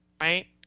right